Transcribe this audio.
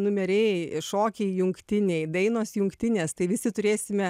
numeriai šokiai jungtiniai dainos jungtinės tai visi turėsime